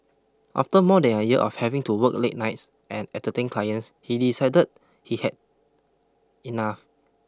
after more than a year of having to work late nights and entertain clients he decided he had enough